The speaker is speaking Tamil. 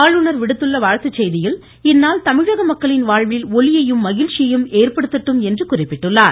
ஆளுநர் விடுத்துள்ள வாழ்த்துச் செய்தியில் இந்நாள் தமிழக மக்களின் வாழ்வில் ஒளியையும் மகிழ்ச்சியையும் ஏற்படுத்தட்டும் என்று குறிப்பிட்டுள்ளார்